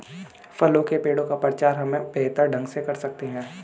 फलों के पेड़ का प्रचार हम बेहतर ढंग से कर सकते हैं